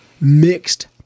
mixed